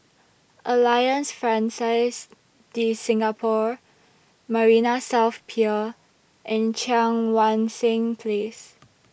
Alliance Francaise De Singapour Marina South Pier and Cheang Wan Seng Place